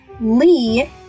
Lee